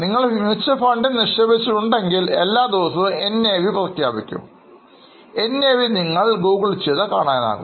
നിങ്ങൾ മ്യൂച്ചൽ ഫണ്ടിൽ നിക്ഷേപിച്ചിട്ടുണ്ട് എങ്കിൽ എല്ലാദിവസവും NAV പ്രഖ്യാപിക്കും NAV നിങ്ങൾ Google ചെയ്താൽ കാണാനാകും